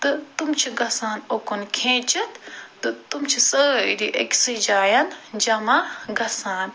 تہِ تِم چھِ گژھان اُکُن کھیٖنٛچتھ تہِ تِم چھِ سٲری أکسٕے جایہِ جمع گژھان